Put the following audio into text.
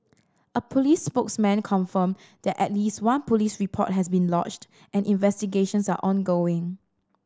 a police spokesman confirmed that at least one police report has been lodged and investigations are ongoing